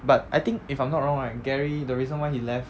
but I think if I'm not wrong right gary the reason why he left